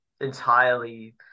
entirely